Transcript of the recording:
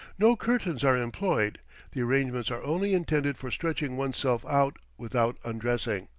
no curtains are employed the arrangements are only intended for stretching one's self out without undressing.